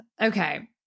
Okay